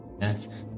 Yes